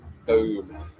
boom